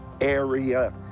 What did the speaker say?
area